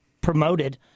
promoted